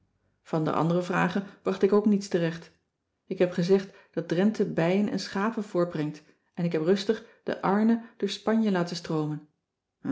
van de andere vragen bracht ik ook niets terecht ik heb gezegd dat drenthe bijen en schapen voortbrengt en ik heb rustig de arne door spanje laten stroomen